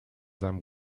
seinem